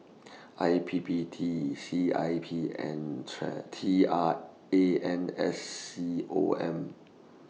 I P P T C I P and Try T R A N S C O M